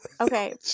Okay